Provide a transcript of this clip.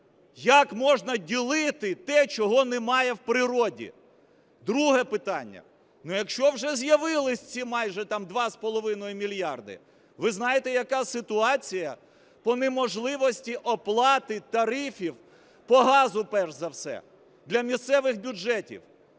Як можна ділити те, чого немає в природі? Друге питання. Ну, якщо вже з'явилися ці майже там 2,5 мільярда, ви знаєте, яка ситуація по неможливості оплати тарифів по газу перш за все для місцевих бюджетів?